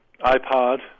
iPod